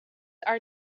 are